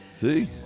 See